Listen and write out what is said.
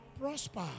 Prosper